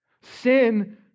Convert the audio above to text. Sin